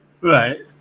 Right